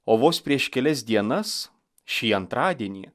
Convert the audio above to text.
o vos prieš kelias dienas šį antradienį